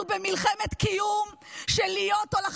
אנחנו במלחמת קיום של להיות או לחדול.